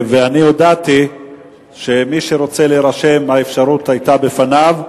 אני הודעתי שמי שרוצה להירשם האפשרות היתה בפניו,